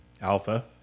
Alpha